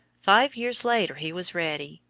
five years later he was ready,